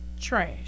trash